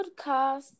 podcast